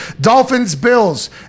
Dolphins-Bills